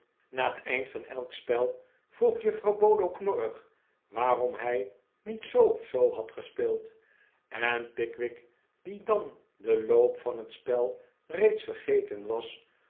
na het einde van elk spel vroeg juffrouw bolo knorrig waarom hij niet zoo of zoo had gespeeld en pickwick die dan den loop van het spel reeds vergeten was